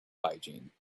hygiene